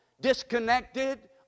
disconnected